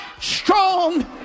Strong